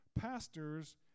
pastors